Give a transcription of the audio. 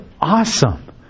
awesome